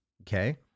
okay